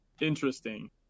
interesting